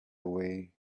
away